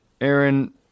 Aaron